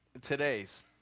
today's